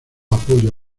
apoyo